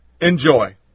Enjoy